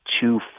two